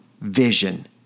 vision